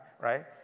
right